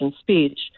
speech